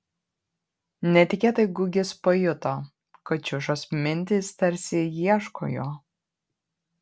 netikėtai gugis pajuto kad šiušos mintys tarsi ieško jo